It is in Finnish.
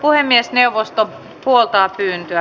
puhemiesneuvosto puoltaa pyyntöä